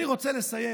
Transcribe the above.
אני רוצה לסיים